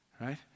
Right